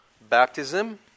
baptism